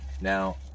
Now